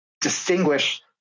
distinguish